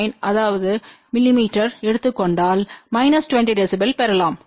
9 ஏதாவது மிமீ எடுத்துக் கொண்டால் மைனஸ் 20 dB பெறலாம்